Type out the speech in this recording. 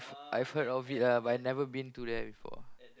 I've heard of it ah but I've never been to there before